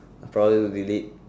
probably will delete